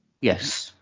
Yes